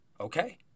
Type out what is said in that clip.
okay